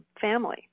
family